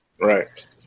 Right